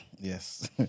Yes